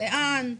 לאן,